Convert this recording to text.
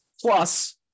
Plus